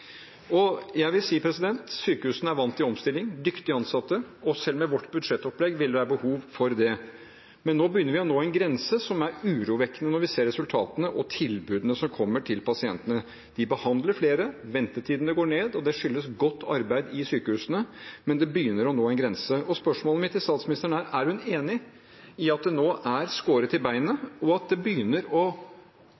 Jeg vil si at sykehusene er vant til omstilling – de har dyktige ansatte – og selv med vårt budsjettopplegg vil det være behov for det. Men vi begynner å nå en grense som er urovekkende når vi ser resultatene og tilbudet til pasientene. De behandler flere, ventetidene går ned, og det skyldes godt arbeid i sykehusene, men vi begynner å nå en grense. Spørsmålet mitt til statsministeren er: Er hun enig i at det nå er skåret til beinet,